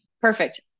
Perfect